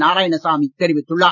நாராயணசாமி தெரிவித்துள்ளார்